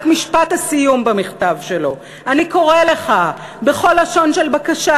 רק משפט הסיום במכתב שלו: "אני קורא לך בכל לשון של בקשה